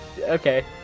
Okay